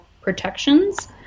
protections